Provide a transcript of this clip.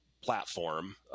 platform